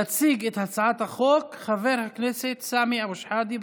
יציג את הצעת החוק חבר הכנסת סמי אבו שחאדה.